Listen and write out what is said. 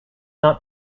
not